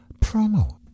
promo